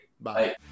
Bye